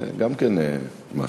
זה גם כן משהו.